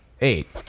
Eight